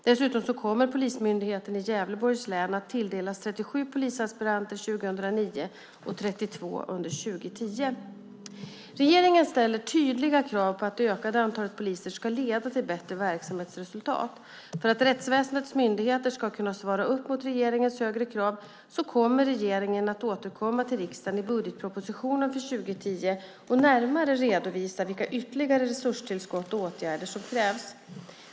Dessutom kommer polismyndigheten i Gävleborgs län att tilldelas 37 polisaspiranter under 2009 och 32 under 2010. Regeringen ställer tydliga krav på att det ökade antalet poliser ska leda till ett bättre verksamhetsresultat. För att rättsväsendets myndigheter ska kunna svara upp mot regeringens högre krav kommer regeringen att återkomma till riksdagen i budgetpropositionen för 2010 och närmare redovisa vilka ytterligare resurstillskott och åtgärder som krävs.